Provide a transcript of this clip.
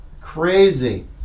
Crazy